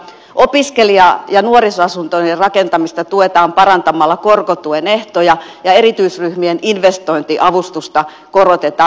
opiskelija ja nuorisoasuntojen rakentamista tuetaan parantamalla korkotuen ehtoja ja erityisryhmien investointiavustusta korotetaan